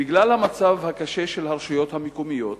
בגלל המצב הקשה של הרשויות המקומיות,